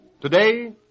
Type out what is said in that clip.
Today